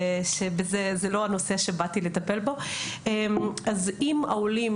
שזה לא הנושא שבאתי לטפל בו אם העולים